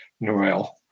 Noel